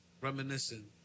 Reminiscing